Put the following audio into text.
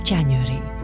January